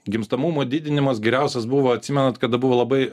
gimstamumo didinimas geriausias buvo atsimenate kada buvo labai